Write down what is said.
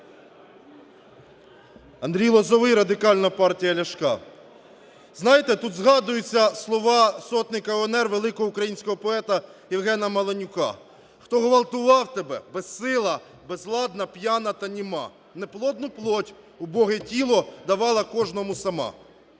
Андрій Лозовой, Радикальна партія Ляшка. Знаєте, тут згадуються слова сотника УНР, великого українського поета Євгена Маланюка: "Хто ґвалтував тебе? Безсила, безвладна, п'яна та німа. Неплодну плоть, убоге тіло давала кожному сама.